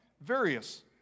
Various